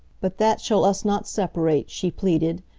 but that shall us not separate, she pleaded.